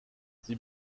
sie